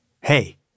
Hey